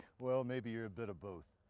well, maybe you're a bit of both.